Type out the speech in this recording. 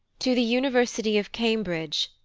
to the university of cambridge,